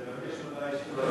אני אבקש שוב הודעה אישית.